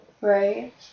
Right